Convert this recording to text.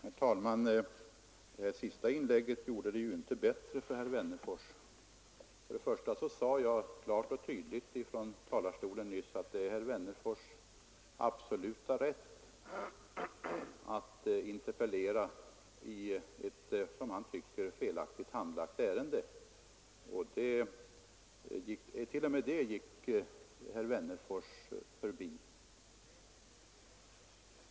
Herr talman! Det senaste inlägget gjorde det inte bättre för herr Wennerfors. Till att börja med sade jag klart och tydligt nyss från talarstolen att det är herr Wennerfors” absoluta rätt att interpellera i ett enligt hans uppfattning felaktigt handlagt ärende. T. o. m. det gick herr Wennerfors förbi.